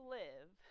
live